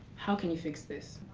how can you fix this?